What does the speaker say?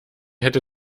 hätte